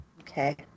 Okay